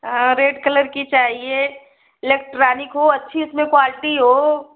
हाँ red colour की चाहिए इलेक्ट्रानिक हो अच्छी उसमें क्वालटी हो